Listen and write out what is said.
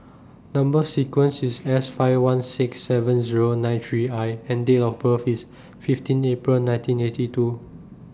Number sequence IS S five one six seven Zero nine three I and Date of birth IS fifteen April nineteen eighty two